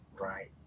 right